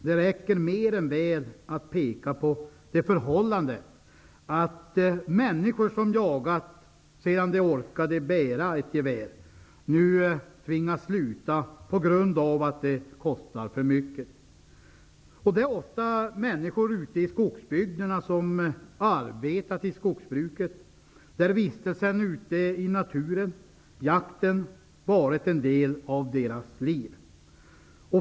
Det räcker mer än väl att peka på att människor som jagat sedan de först orkade bära ett gevär nu tvingas sluta på grund av att det kostar för mycket. Det är ofta människor ute i skogsbygderna som arbetat i skogsbruket. Vistelsen ute i naturen och jakten har varit en del av deras liv.